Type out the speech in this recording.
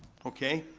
okay?